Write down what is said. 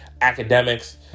academics